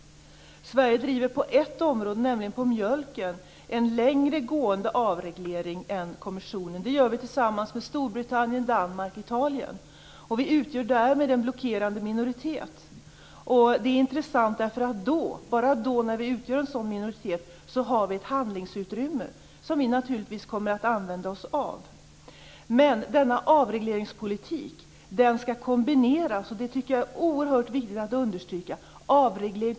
Sverige driver på ett område, nämligen när det gäller mjölken, en längre gående avreglering än kommissionen. Det gör vi tillsammans med Storbritannien, Danmark och Italien. Vi utgör därmed en blockerande minoritet. Det är intressant för då, bara då när vi utgör en sådan minoritet, har vi ett handlingsutrymme. Det kommer vi naturligtvis att använda oss av. Men denna avregleringspolitik skall kombineras. Det tycker jag är oerhört viktigt att understryka.